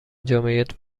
جامعیت